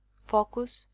focus,